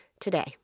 today